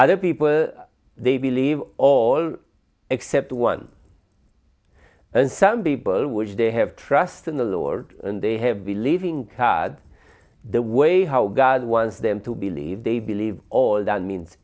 other people they believe all except one and some people which they have trust in the lord and they have been living cad the way how god wants them to believe they believe all that means